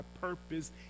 purpose